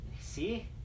See